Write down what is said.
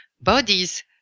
bodies